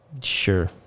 sure